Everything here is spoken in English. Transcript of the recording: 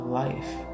life